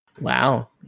Wow